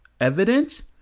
evidence